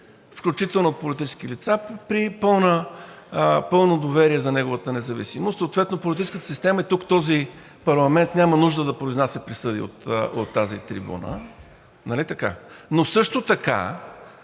включително и от политически лица, при пълно доверие за неговата независимост, съответно политическата система и тук този парламент няма нужда да произнася присъди от тази трибуна, нали така. Но също така,